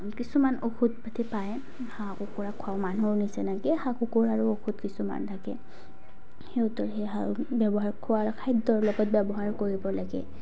কিছুমান ঔষধ পাতি পায় হাঁহ কুকুৰা খোৱা মানুহৰ নিচিনাকৈ হাঁহ কুকুৰাৰো ঔষধ কিছুমান থাকে সিহঁতৰ ব্যৱহাৰ খোৱাৰ খাদ্যৰ লগত ব্যৱহাৰ কৰিব লাগে